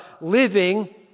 living